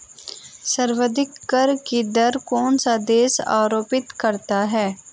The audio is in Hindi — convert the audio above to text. सर्वाधिक कर की दर कौन सा देश आरोपित करता है?